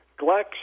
GLEX